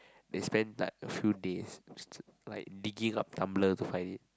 they spend time a few days digging up Tumblr to find it